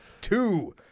Two